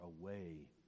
away